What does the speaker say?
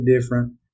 different